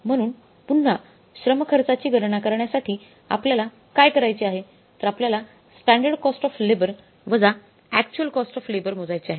म्हणून पुन्हा श्रम खर्चाची गणना करण्यासाठी आपल्याला काय करायचे आहे तर आपल्याला स्टँडर्ड कॉस्ट ऑफ लेबर वजा अक्चुअल कॉस्ट ऑफ लेबर मोजायचे आहे